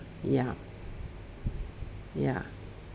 ya ya